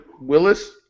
Willis